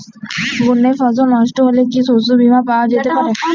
বন্যায় ফসল নস্ট হলে কি শস্য বীমা পাওয়া যেতে পারে?